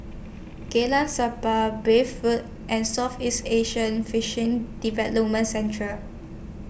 Jalan Sappan Bay For and Southeast Asian Fishing Development Central